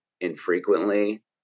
infrequently